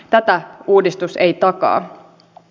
tätä uudistus ei takaa